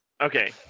Okay